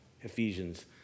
Ephesians